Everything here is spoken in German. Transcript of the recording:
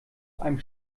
einem